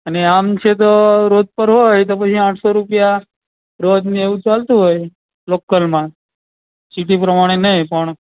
અને આમ છે તો રોજ પર હોય તો પછી આઠસો રૂપિયા રોજ ને એવું ચાલતું હોય લોકલમાં સિટી પ્રમાણે નહી પણ